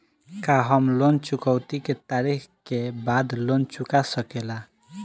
का हम लोन चुकौती के तारीख के बाद लोन चूका सकेला?